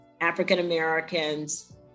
African-Americans